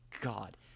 God